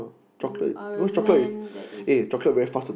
you are a man that is